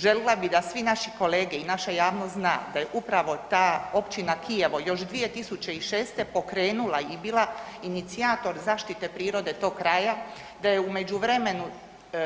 Željela bi da svi naši kolege i naša javnost zna, da je upravo ta općina Kijevo još 2006. pokrenula i bila inicijator zaštite prirode tog kraja, da je u međuvremenu